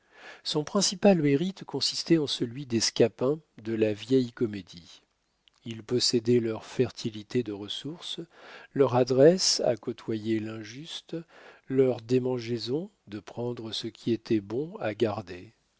son principal mérite consistait en celui des scapins de la vieille comédie il possédait leur fertilité de ressources leur adresse à côtoyer l'injuste leur démangeaison de prendre ce qui était bon à garder